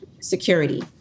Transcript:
security